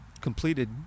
completed